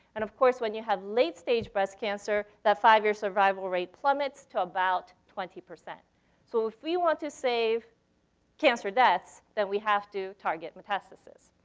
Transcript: and of course, when you have late-stage breast cancer, that five-year survival rate plummets to about twenty. so if we want to save cancer deaths, then we have to target metastasis.